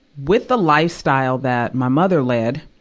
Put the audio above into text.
with the lifestyle that my mother led,